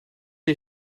les